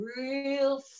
real